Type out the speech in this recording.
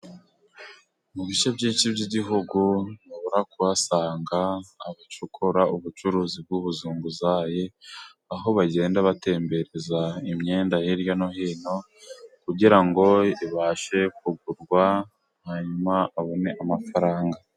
Mu bice byinshi by'Igihugu ntubura kuhasanga abakora ubucuruzi bw'ubuzunguzayi, aho bagenda batembereza imyenda hirya no hino kugira ngo ibashe kugurwa, hanyuma babone amafaranga.